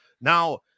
Now